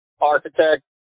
architect